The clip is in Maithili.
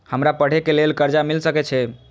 हमरा पढ़े के लेल कर्जा मिल सके छे?